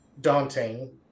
daunting